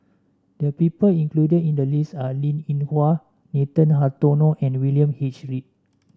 the people included in the list are Linn In Hua Nathan Hartono and William H Read